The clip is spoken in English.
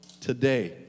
today